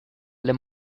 them